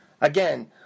Again